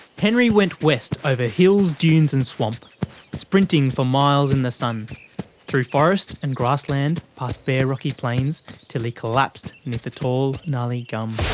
henry went west over hills dune and swamp sprinting for miles in the sun through forest and grassland and ah bare rocky plains till he collapsed beneath a tall gnarly gum.